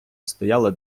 стояло